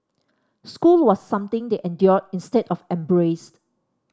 school was something they endured instead of embraced